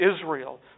Israel